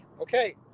Okay